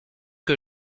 que